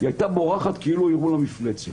היא הייתה בורחת כאילו הראו לה מפלצת.